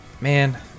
man